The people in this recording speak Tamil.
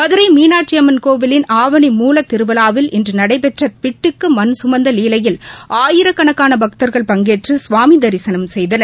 மதுரை மீனாட்சி அம்மன் கோவிலின் ஆவணி மூலத்திருவிழாவில் இன்று நடைபெற்ற பிட்டுக்கு மண் சுமந்த லீலையில் ஆயிரக்கணக்கான பக்தர்கள் பங்கேற்று சுவாமி தரிசனம் செய்தனர்